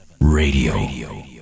Radio